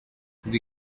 the